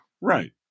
Right